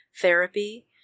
therapy